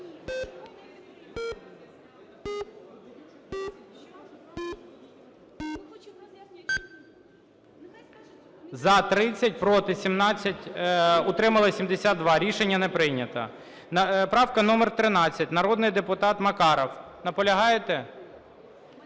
За-30 Проти – 17, утримались 72. Рішення не прийнято. Правка номер 13, народний депутат Макаров. Наполягаєте?